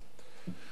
ואז יש